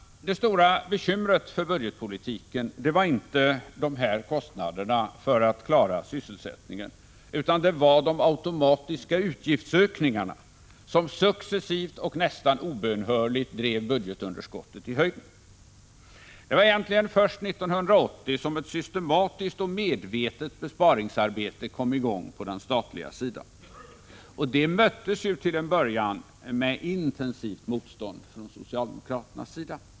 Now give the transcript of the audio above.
Det stora bekymret för budgetpolitiken var inte dessa kostnader för att klara sysselsättningen utan det var de automatiska utgiftsökningarna, som successivt och nästan obönhörligt drev budgetunderskottet i höjden. Det var egentligen först 1980 som ett systematiskt och medvetet besparingsarbete kom i gång på den statliga sidan, och det möttes ju till en början av intensivt motstånd från socialdemokraternas sida.